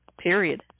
Period